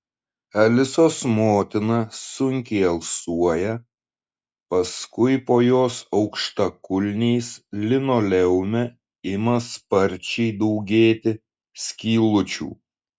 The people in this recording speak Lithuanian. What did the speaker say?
alisos motina sunkiai alsuoja paskui po jos aukštakulniais linoleume ima sparčiai daugėti skylučių